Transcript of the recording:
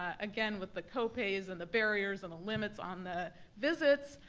ah again, with the copays and the barriers and the limits on the visits.